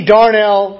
Darnell